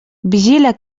vigila